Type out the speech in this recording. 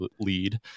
lead